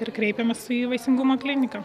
ir kreipėmės į vaisingumo kliniką